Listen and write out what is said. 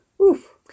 Oof